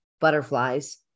butterflies